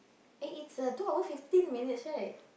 eh is a two hour fifteen minutes right